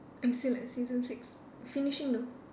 I'm still at season six finishing though